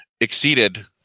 exceeded